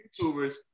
YouTubers